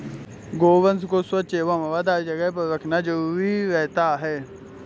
गोवंश को स्वच्छ एवं हवादार जगह पर रखना जरूरी रहता है